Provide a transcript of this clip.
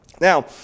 Now